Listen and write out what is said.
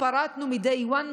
פירטנו מ-day one,